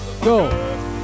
Go